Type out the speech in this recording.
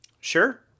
Sure